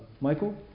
Michael